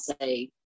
say